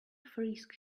frisk